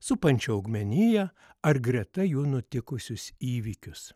supančią augmeniją ar greta jų nutikusius įvykius